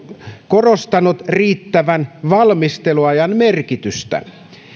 korostaneet riittävän valmisteluajan merkitystä